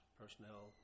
personnel